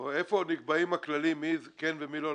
איפה נקבעים הכללים מי כן ומי לא?